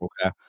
okay